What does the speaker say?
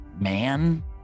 man